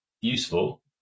useful